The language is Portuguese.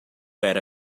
era